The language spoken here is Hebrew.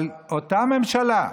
אבל אותה ממשלה,